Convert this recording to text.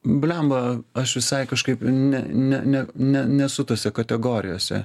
bliamba aš visai kažkaip ne ne ne ne nesu tose kategorijose